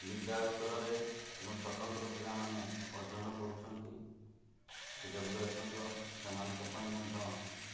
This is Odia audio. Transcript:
ବିଦ୍ୟାଳୟ ସ୍ତରରେ ଯେଉଁ ସ୍ୱତନ୍ତ୍ର ପିଲାମାନେ ଅଧ୍ୟୟନ କରୁଛନ୍ତି ସିଡବ୍ଲୁଏସଏନ୍ର ସେମାନଙ୍କ ପାଇଁ ମଧ୍ୟ